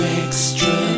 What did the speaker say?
extra